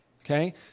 Okay